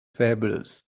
fabulous